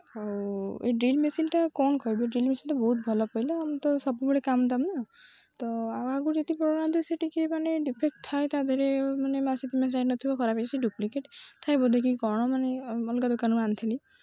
ଆଉ ଏହି ଡ୍ରିଲ୍ ମେସିନ୍ଟା କ'ଣ କହିବି ଡ୍ରିଲ୍ ମେସିନ୍ଟା ବହୁତ ଭଲ ପଡ଼ିଲା ଆମର ତ ସବୁବେଳେ କାମ ଦାମ ନା ତ ଆଉ ଆଗରୁ ଯେତିକି ପ୍ରଡକ୍ଟ ଆଣୁଥିଲି ସେ ଟିକିଏ ମାନେ ଡିଫେକ୍ଟ ଥାଏ ତା'ଦେହରେ ମାନେ ମାସେ ଦୁଇ ମାସ ଯାଇନଥିବ ସେ ଖରାପ ହୋଇ ସେ ଡୁପ୍ଲିକେଟ୍ ଥାଏ ବୋଧେ କି କ'ଣ ମାନେ ଅଲଗା ଦୋକାନରୁ ଆଣିଥିଲି